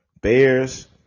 Bears